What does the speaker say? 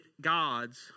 God's